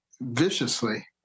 viciously